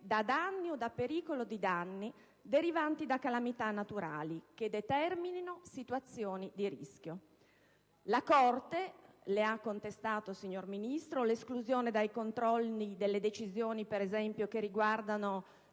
dai danni o dal pericolo di danni derivanti da calamità naturali(...), che determinino situazioni di grave rischio». La Corte le ha contestato, signor Ministro, l'esclusione dai controlli delle decisioni che, per esempio, riguardano